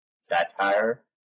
satire